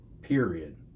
Period